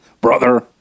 Brother